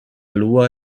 loi